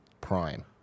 Prime